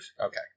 Okay